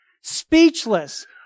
speechless